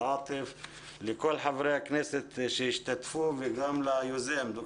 לכל חברי הכנסת שהשתתפו וגם ליוזם הדיון,